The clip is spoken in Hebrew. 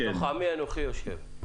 בתוך עמי אנוכי יושב.